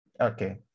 Okay